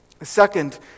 Second